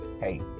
Hey